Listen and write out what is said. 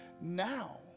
now